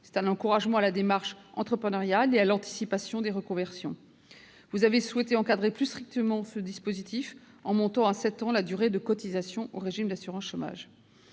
C'est un encouragement à la démarche entrepreneuriale et à l'anticipation des reconversions. Vous avez souhaité encadrer plus strictement ce dispositif, en portant à sept ans la durée de cotisations au régime d'assurance chômage.